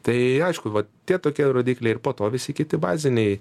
tai aišku vat tie tokie rodikliai ir po to visi kiti baziniai